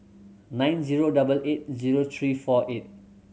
nine zero double eight zero three four eight